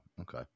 okay